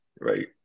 right